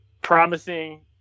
promising –